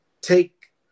take